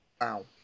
Wow